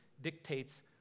dictates